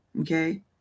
Okay